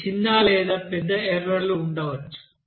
కొన్ని చిన్న లేదా పెద్ద ఎర్రర్ లు ఉండవచ్చు